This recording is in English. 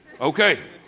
Okay